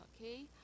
Okay